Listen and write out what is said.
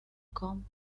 com